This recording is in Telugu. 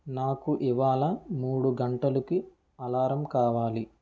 నాకు ఇవాళ మూడు గంటలుకి అలారం కావాలి